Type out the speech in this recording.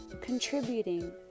contributing